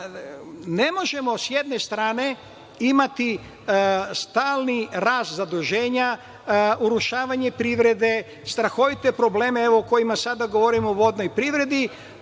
možemo sa jedne strane imati stalni rast zaduženja, urušavanje privrede, strahovite probleme o kojima sada govorimo, o vodnoj privredi,